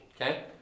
Okay